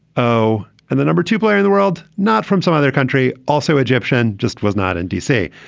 oh, and the number two player in the world, not from some other country. also egyptian just was not in dc.